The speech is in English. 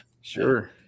sure